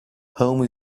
home